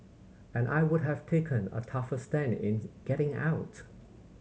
and I would have taken a tougher stand in getting out